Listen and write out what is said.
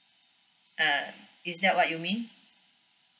uh is that what you mean